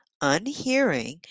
unhearing